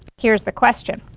here's the question